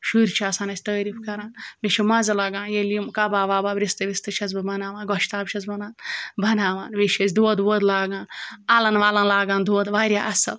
شُرۍ چھِ آسان اَسہِ تعاریٖف کَران مےٚ چھِ مَزٕ لگان ییٚلہِ یِم کَباب وَباب رِستہٕ وِستہٕ چھٮ۪س بہٕ بَناوان گۄشتاب چھٮ۪س بَنان بَناوان بیٚیہِ چھِ أسۍ دۄد وۄد لاگان اَلَن وَلَن لاگان دۄد واریاہ اَصٕل